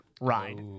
ride